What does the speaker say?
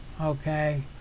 Okay